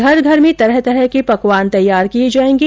घर घर में तरह तरह के पकवान तैयार किए जाएंगे